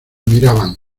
miraban